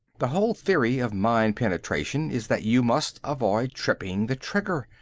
the whole theory of mine penetration is that you must avoid tripping the trigger.